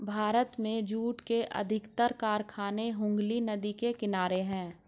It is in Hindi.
भारत में जूट के अधिकतर कारखाने हुगली नदी के किनारे हैं